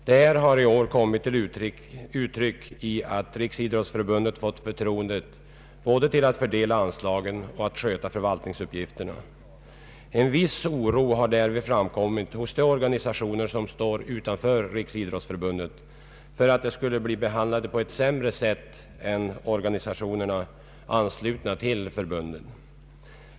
Detta har i år kommit till uttryck i att Riksidrottsförbundet fått förtroendet både att fördela anslagen och att sköta förvaltningsuppgifterna. En viss oro har därvid framkommit hos de organisationer, som står utanför Riksidrottsförbundet, för att de skulle bli behandlade på ett sämre sätt än de organisationer som är anslutna till förbundet.